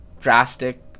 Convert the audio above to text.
drastic